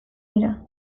dira